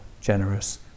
generous